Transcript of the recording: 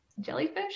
jellyfish